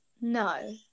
No